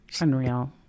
Unreal